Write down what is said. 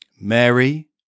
Mary